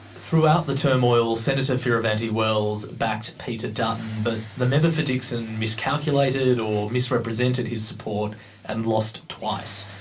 throughout the turmoil senator fierravanti-wells backed peter dutton. but the member for dickson miscalculated or misrepresented his support and lost twice.